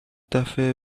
دفعه